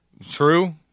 True